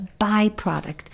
byproduct